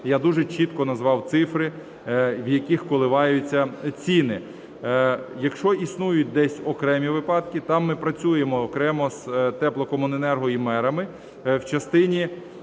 Я дуже чітко назвав цифри, в яких коливаються ціни. Якщо існують десь окремі випадки, там ми працюємо окремо з теплокомуненерго і мерами в частині,